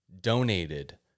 donated